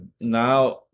now